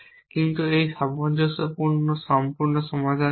কিন্তু এটি একটি সামঞ্জস্যপূর্ণ সম্পূর্ণ সমাধান নয়